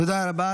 תודה רבה.